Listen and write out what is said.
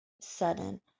sudden